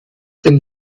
dem